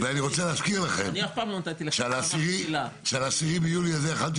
ואני רוצה להזכיר לכם שעל העשרה ביולי הזה יכולתי